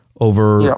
over